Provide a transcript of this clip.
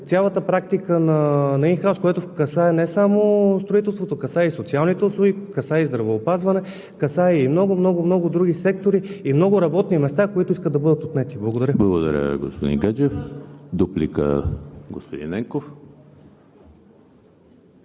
цялата практика на инхаус, която касае не само строителството, касае и социалните услуги, касае и здравеопазването, касае и много, много други сектори, и много работни места, които искат да бъдат отнети. Благодаря. ПРЕДСЕДАТЕЛ ЕМИЛ ХРИСТОВ: Благодаря, господин Гаджев. Дуплика – господин Ненков.